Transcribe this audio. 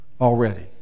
already